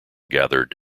gathered